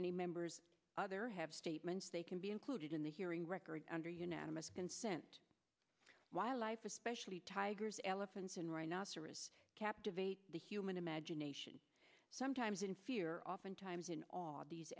any members other have statements they can be included in the hearing record under unanimous consent while life especially tigers elephants and right now service captivate the human imagination sometimes in fear oftentimes in all these